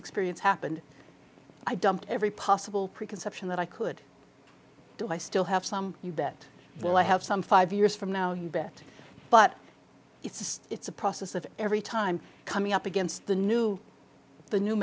experience happened i dumped every possible preconception that i could do i still have some you that well i have some five years from now you bet but it's just it's a process of every time coming up against the new the new